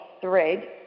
thread